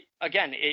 again